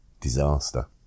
Disaster